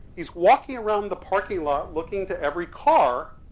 he's walking around the parking lot looking to every car,